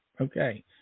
Okay